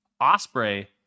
Osprey